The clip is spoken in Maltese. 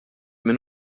min